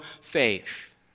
faith